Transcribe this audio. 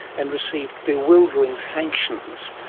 and received bewildering sanctions,